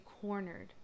cornered